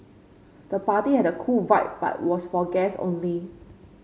the party had a cool vibe but was for guests only